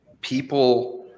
people